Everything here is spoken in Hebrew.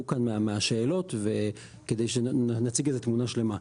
כאן מהשאלות כדי שנציג איזו תמונה שלמה.